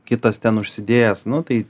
kitas ten užsidėjęs nu tai